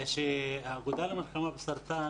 שהאגודה למלחמה בסרטן